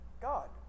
God